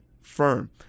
firm